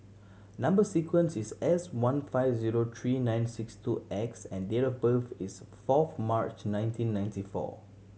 number sequence is S one five zero three nine six two X and date of birth is fourth March nineteen ninety four